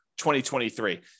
2023